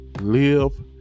live